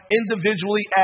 individually